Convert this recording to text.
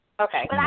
Okay